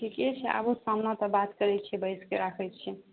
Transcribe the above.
ठीके छै आबथु सामने तऽ बात करैत छियै बैसि कऽ राखैत छिअनि